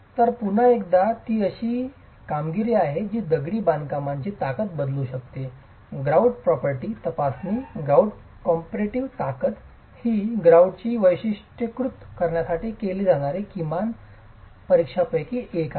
तर पुन्हा एकदा ती अशी कामगिरी आहे जी दगडी बांधकामाची ताकद बदलू शकते ग्रॉउट प्रॉपर्टीची तपासणी ग्रऊटची कॉम्पॅरेटीव्ह ताकद ही ग्रॉउटची वैशिष्ट्यीकृत करण्यासाठी केली जाणारी किमान परीक्षांपैकी एक आहे